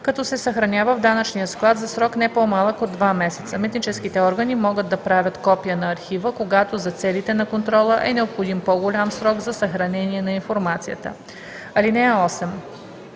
като се съхранява в данъчния склад за срок не по-малък от два месеца. Митническите органи могат да правят копия на архива, когато за целите на контрола е необходим по-голям срок за съхранение на информацията. (8)